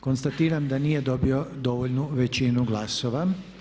Konstatiram da nije dobio dovoljnu većinu glasova.